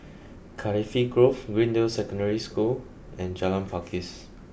Cardifi Grove Greendale Secondary School and Jalan Pakis